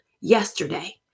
yesterday